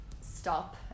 stop